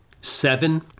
Seven